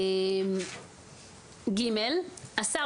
השר,